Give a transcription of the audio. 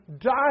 die